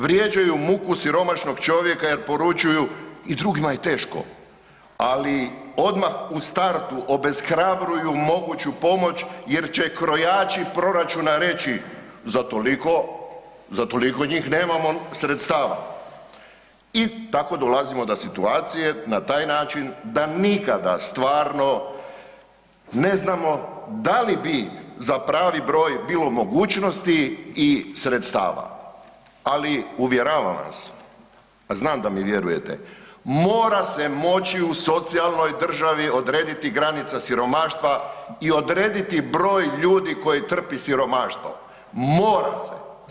Vrijeđaju muku siromašnog čovjeka jer poručuju i drugima je teško ali odmah u startu obeshrabruju moguću pomoć jer će krojači proračuna reći za toliko njih nemamo sredstava i tako dolazimo do situacije na taj način da nikada stvarno ne znamo da li bi za pravi broj bilo mogućnosti i sredstava ali uvjeravam vas, a znam da mi vjerujete, mora se moći u socijalnoj državi odrediti granica siromaštva i odrediti broj ljudi koji trpi siromaštvo, mora se.